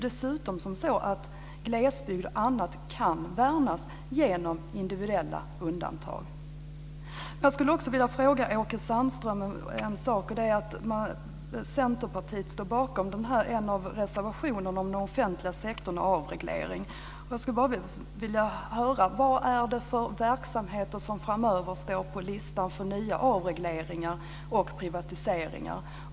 Dessutom kan glesbygden värnas genom individuella undantag. Centerpartiet står bakom en av reservationerna om den offentliga sektorn och avreglering. Jag skulle bara vilja höra vad det är för verksamheter som står på listan för nya avregleringar och privatiseringar framöver.